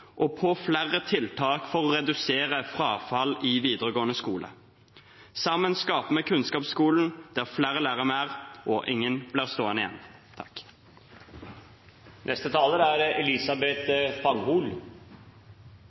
og på flere tiltak for å redusere frafall i videregående skole. Sammen skaper vi kunnskapsskolen, der flere lærer mer og ingen blir stående igjen.